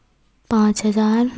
पाँच हज़ार